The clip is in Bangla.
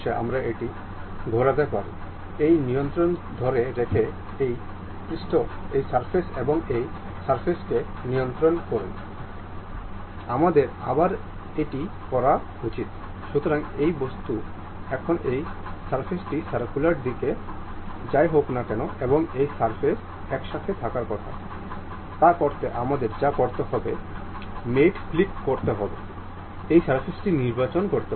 আমরা অ্যাসেম্বলিতে ক্লিক করব এবং আমরা অ্যানিমেট পতন নির্বাচন করব